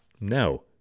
No